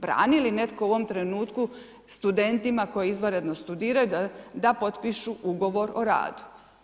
Brani li netko u ovom trenutku studentima koji izvanredno studiraju da potpišu ugovor o radu?